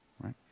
right